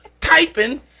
typing